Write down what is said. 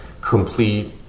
complete